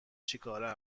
چیکاره